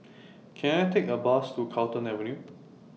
Can I Take A Bus to Carlton Avenue